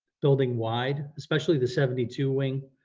building wide, especially the seventy two wing,